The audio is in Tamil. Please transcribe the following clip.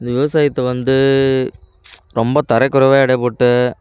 இந்த விவசாயத்தை வந்து ரொம்ப தரக் குறைவாக எடை போட்டு